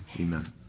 Amen